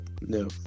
No